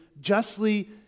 justly